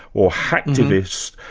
or hacktivist,